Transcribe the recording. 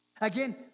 Again